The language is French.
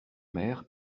mères